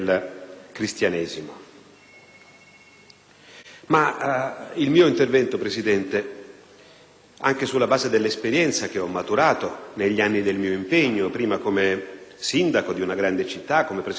Ma il mio intervento, signor Presidente, anche sulla base dell'esperienza che ho maturato negli anni del mio impegno prima come sindaco di una grande città, poi come presidente dell'ANCI e come Ministro dell'interno,